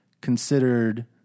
considered